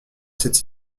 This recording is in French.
cette